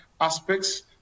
aspects